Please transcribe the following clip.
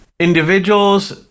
individuals